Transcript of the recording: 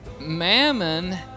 Mammon